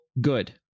good